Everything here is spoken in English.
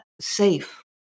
safe